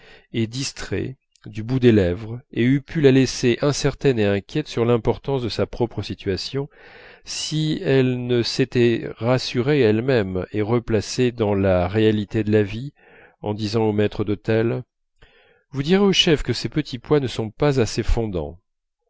et distrait du bout des lèvres et eût pu la laisser incertaine et inquiète sur l'importance de sa propre situation si elle ne s'était rassurée elle-même et replacée dans la réalité de la vie en disant au maître d'hôtel vous direz au chef que ses petits pois ne sont pas assez fondants